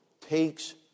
takes